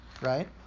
right